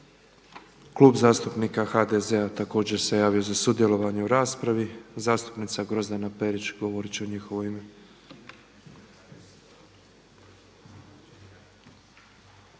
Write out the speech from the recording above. Klub zastupnika HDZ-a također se javio za sudjelovanje u raspravi. Zastupnica Grozdana Perić govorit će u njihovo ime.